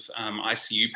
ICU